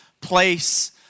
place